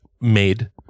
made